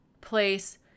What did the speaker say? place